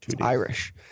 Irish